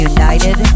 United